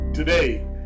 Today